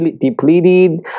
depleted